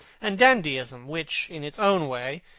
and dandyism, which, in its own way,